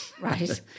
right